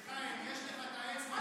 מיכאל, יש לך את האצבע שלי,